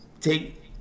Take